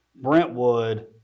Brentwood